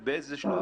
לא.